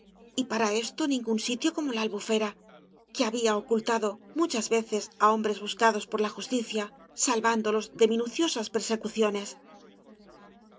y para esto ningún sitio como la albufera que había ocultado muchas veces á hombres buscados por la justicia salvándolos de minuciosas persecuciones